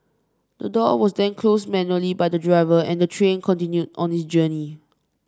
the door was then closed manually by the driver and the train continued on its journey